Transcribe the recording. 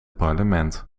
parlement